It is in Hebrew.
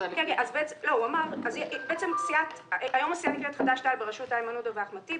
היום הסיעה נקראת חד"ש-תע"ל בראשות איימן עודה ואחמד טיבי,